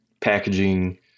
packaging